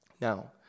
Now